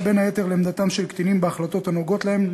בין היתר לעמדתם של קטינים בהחלטות הנוגעות להם,